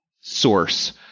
source